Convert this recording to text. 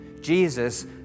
Jesus